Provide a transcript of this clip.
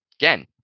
Again